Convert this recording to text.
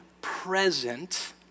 present